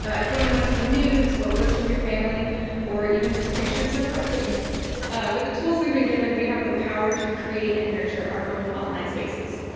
ah if you only want to see news or posts from your family or even just pictures of racoons with the tools we've been given we have the power to create and nurture our own online spaces.